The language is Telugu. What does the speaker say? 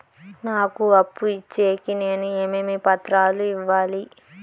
నాకు అప్పు ఇచ్చేకి నేను ఏమేమి పత్రాలు ఇవ్వాలి